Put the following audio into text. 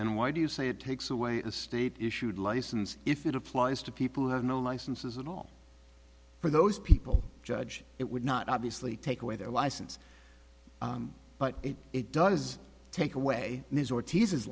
and why do you say it takes away a state issued license if it applies to people who have no licenses at all for those people judge it would not obviously take away their license but it does take away